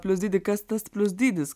plius dydį kas tas plius dydis